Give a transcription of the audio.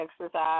exercise